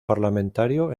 parlamentario